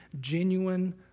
genuine